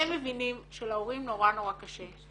הם מבינים שלהורים נורא נורא קשה,